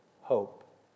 hope